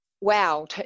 wow